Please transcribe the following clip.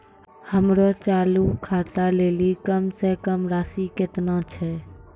हमरो चालू खाता लेली कम से कम राशि केतना छै?